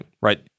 right